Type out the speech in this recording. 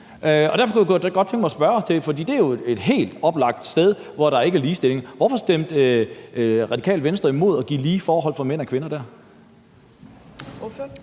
godt tænke mig at spørge ind til det, for det er jo et helt oplagt sted, hvor der ikke er ligestilling. Hvorfor stemte Radikale Venstre imod at give lige forhold for mænd og kvinder dér?